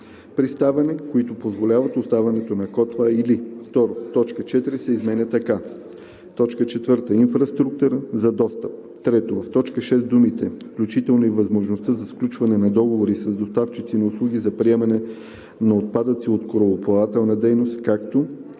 приставане, които позволяват оставането на котва или“. 2. Точка 4 се изменя така: „4. инфраструктура за достъп;“. 3. В т. 6 думите „включително и възможността за сключване на договори с доставчици на услуги за приемане на отпадъци от корабоплавателна дейност, както“